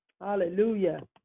hallelujah